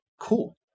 Cool